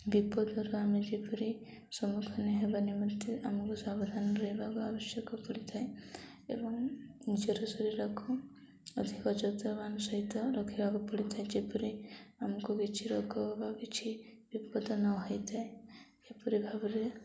ବିପଦରୁ ଆମେ ଯେପରି ସମ୍ମୁଖୀନ ହେବା ନିମନ୍ତେ ଆମକୁ ସାବଧାନ ରହିବାକୁ ଆବଶ୍ୟକ ପଡ଼ିଥାଏ ଏବଂ ନିଜର ଶରୀରକୁ ଅଧିକ ଯତ୍ନବାନ ସହିତ ରଖିବାକୁ ପଡ଼ିଥାଏ ଯେପରି ଆମକୁ କିଛି ରୋଗ ବା କିଛି ବିପଦ ନହେଇଥାଏ ଏହିପରି ଭାବରେ